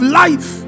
life